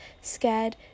Scared